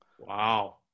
Wow